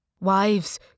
Wives